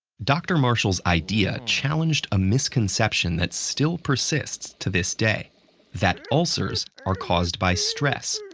dr. marshall's idea challenged a misconception that still persists to this day that ulcers are caused by stress,